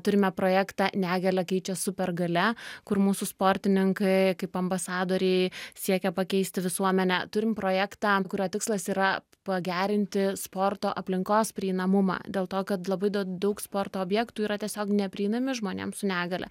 turime projektą negalią keičia supergalia kur mūsų sportininkai kaip ambasadoriai siekia pakeisti visuomenę turim projektą kurio tikslas yra pagerinti sporto aplinkos prieinamumą dėl to kad labai daug sporto objektų yra tiesiog neprieinami žmonėm su negalia